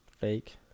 fake